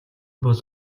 бол